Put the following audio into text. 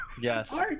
Yes